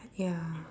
ya